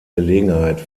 gelegenheit